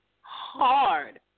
hard